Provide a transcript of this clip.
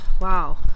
wow